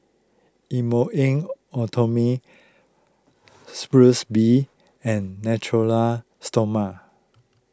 Bee and Natura Stoma